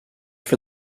for